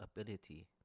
ability